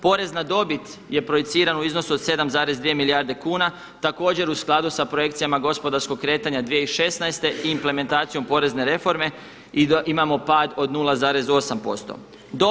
Porez na dobit je projiciran u iznosu od 7,2 milijarde kuna, također u skladu s projekcijama gospodarskog kretanja 2016. godine i implementacijom porezne reforme imamo pad od 0,8 posto.